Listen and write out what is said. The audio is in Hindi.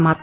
समाप्त